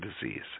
disease